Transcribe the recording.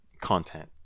Content